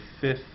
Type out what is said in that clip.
fifth